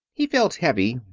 he felt heavy,